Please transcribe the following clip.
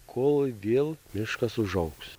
kol vėl miškas užaugs